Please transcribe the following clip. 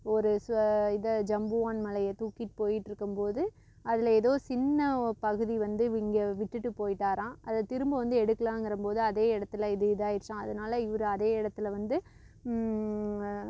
ஒரு இதை ஜம்புவான் மலையை தூக்கிகிட்டு போயிகிட்டு இருக்கும்போது அதில் எதோ சின்ன பகுதி வந்து இங்கே விட்டுட்டு போயிட்டாராம் அதை திரும்ப வந்து எடுக்கலாங்குறம்போது அதே இடத்துல இது இதாயிருச்சாம் அதனால இவர் அதே இடத்துல வந்து